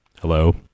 Hello